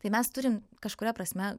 tai mes turim kažkuria prasme